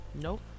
Nope